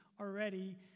already